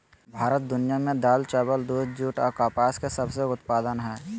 भारत दुनिया में दाल, चावल, दूध, जूट आ कपास के सबसे उत्पादन हइ